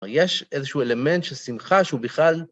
יש איזשהו אלמנט של שמחה שהוא בכלל...